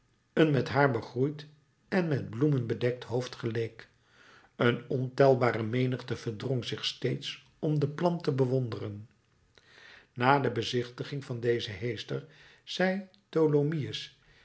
een met haar begroeid en met bloemen bedekt hoofd geleek een ontelbare menigte verdrong zich steeds om de plant te bewonderen na de bezichtiging van dezen heester zei tholomyès